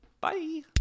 Bye